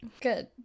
Good